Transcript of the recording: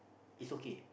is okay